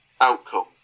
outcome